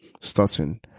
starting